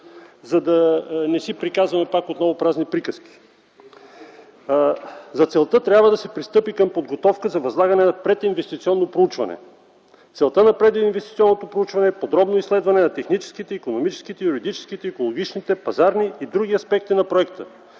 за да не си приказваме пак отново празни приказки: „За целта трябва да се пристъпи към подготовка за възлагане на прединвестиционно проучване. Целта на прединвестиционното проучване е подробно изследване на техническите, икономическите, юридическите, екологичните, пазарни и други аспекти на проекта”,